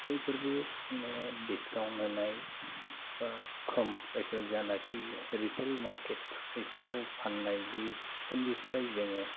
बैफोरबो बे डिस्काउन्ट होननाय एबा खम प्राइसआव जानाय कि रिटैल मार्केट प्राइसखौ फाननाय बेफोरनिफ्राय जोङो